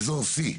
שישנם.